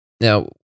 Now